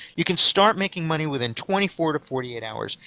you can start making money within twenty four to forty eight hours,